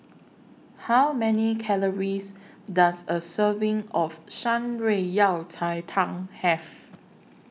How Many Calories Does A Serving of Shan Rui Yao Cai Tang Have